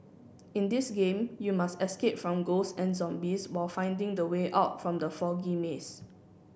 in this game you must escape from ghost and zombies while finding the way out from the foggy maze